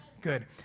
good